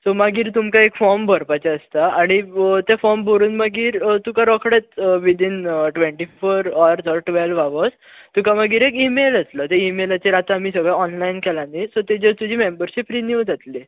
so मागीर तुमकां एक फोर्म भरपाचें आसता आनी ते फॉर्म भरून मागीर तुका रोखडेच within twenty four hours or twelve hours तुका मागीर एक ईमेल येतलो त्या ईमेलाचेर आतां आमी सगळे ऑन्लायन केलां न्ही तेजेर तुजी मेमबरशीप रिनीव जातली